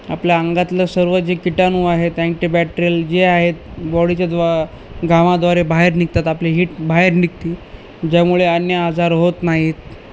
आपल्या अंगातलं सर्व जे किटाणू आहेत अँटीबॅट्रियल जे आहेत बॉडीच्या द्वा घामाद्वारे बाहेर निघतात आपले हीट बाहेर निघतील ज्यामुळे अन्य आजार होत नाहीत